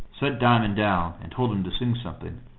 set diamond down, and told him to sing something.